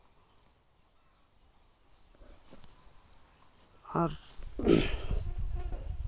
ᱟᱨ